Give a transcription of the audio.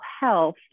health